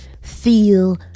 feel